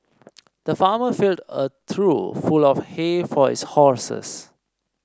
the farmer filled a trough full of hay for his horses